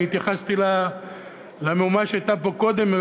אני התייחסתי למהומה שהייתה פה קודם,